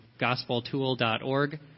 gospeltool.org